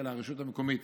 אלא הרשות המקומית